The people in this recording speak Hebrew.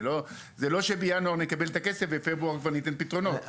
זה לא שאם בינואר נקבל את הכסף בפברואר כבר ניתן פתרונות.